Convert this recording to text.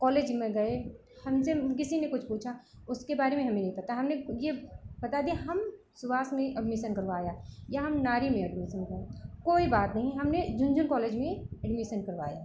college में गए हमसे किसी ने कुछ पूछा उसके बारे में हमें नहीं पता हमने यह बता दिया हम सुभाष में एडमीसन करवाया या हम नारी में एडमीसन करवा कोई बात नहीं हमने झुनझुन कॉलेज में एडमीसन करवाया